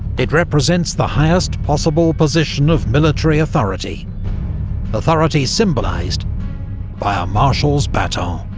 it represents the highest possible position of military authority authority symbolised by a marshal's baton.